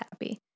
happy